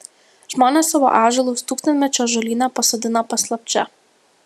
žmonės savo ąžuolus tūkstantmečio ąžuolyne pasodina paslapčia